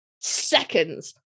seconds